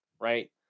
right